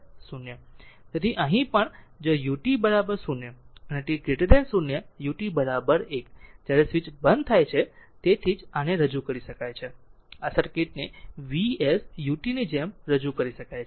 તેથી અહીં પણ જો utut 0 અને t 0 ut 1 જ્યારે સ્વીચ બંધ થાય છે તેથી જ આને રજૂ કરી શકાય છે આ સર્કિટને V s ut ની જેમ રજૂ કરી શકાય છે